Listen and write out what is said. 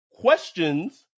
questions